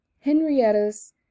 Henrietta's